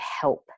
help